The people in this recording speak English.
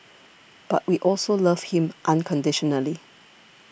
but we also love him unconditionally